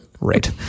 Right